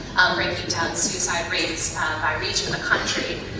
breaking down suicide rates by region in the country.